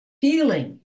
feeling